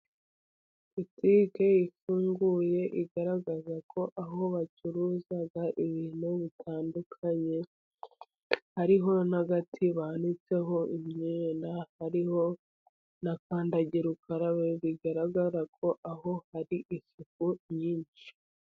Butiki ifunguye, igaragaza ko aho bacuruza ibintu bitandukanye, hariho n'agati banitseho imyenda, hariho na kandagirukarabe, bigaragara ko aho hari isuku nyinshi.